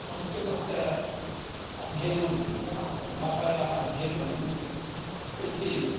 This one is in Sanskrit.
संस्कृतस्य अध्ययनं भाषायाः अध्ययनम् इति